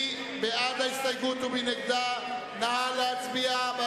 נא להצביע.